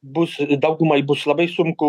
bus daugumai bus labai sunku